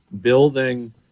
building